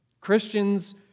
Christians